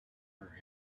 her